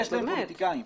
יש להם פוליטיקאים,